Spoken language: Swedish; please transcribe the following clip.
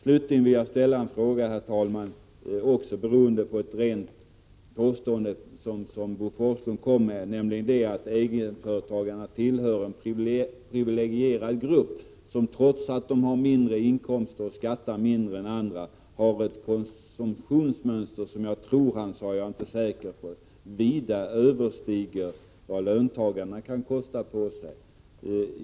Slutligen vill jag ställa en fråga, också beroende på ett påstående som Bo Forslund kom med, nämligen att egenföretagarna tillhör en privilegierad grupp, som trots att de har mindre inkomster och skattar mindre än andra har ett konsumtionsmönster som — jag tror han sade så — vida överstiger vad löntagarna kan kosta på sig.